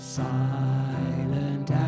silent